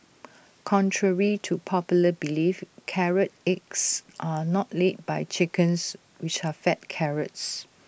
contrary to popular belief carrot eggs are not laid by chickens which are fed carrots